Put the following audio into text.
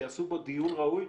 שיעשו בו דיון ראוי,